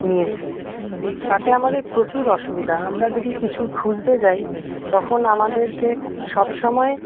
নিয়েছে তাতে আমাদের প্রচুর অসুবিধা আমরা যদি কিছু খুঁজতে যাই তখন আমাদেরকে সবসময়